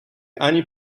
ani